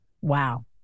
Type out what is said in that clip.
Wow